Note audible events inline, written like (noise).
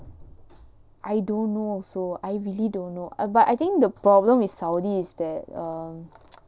I don't know also I really don't know but I think the problem with saudi is that err (noise)